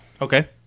Okay